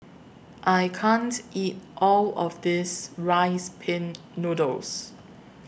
I can't eat All of This Rice Pin Noodles